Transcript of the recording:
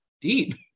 deep